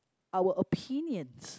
our opinions